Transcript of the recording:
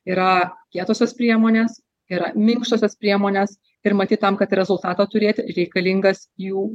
yra kietosios priemonės yra minkštosios priemonės ir matyt tam kad rezultatą turėti reikalingas jų